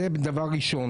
זה דבר ראשון.